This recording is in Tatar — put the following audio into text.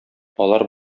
алар